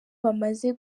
bamaze